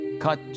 cut